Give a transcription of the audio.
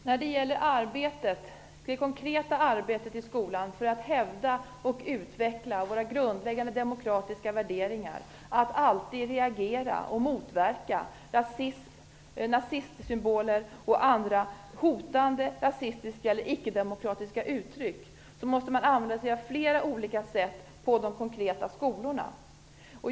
Herr talman! När det gäller det konkreta arbetet i skolan för att hävda och utveckla våra grundläggande demokratiska värderingar och att alltid reagera på och motverka nazistsymboler och andra hotande, rasistiska eller icke-demokratiska uttryck måste man använda sig av flera olika sätt på de konkreta skolorna.